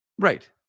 Right